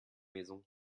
maison